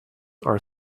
are